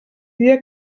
dia